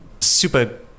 super